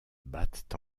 battent